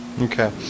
okay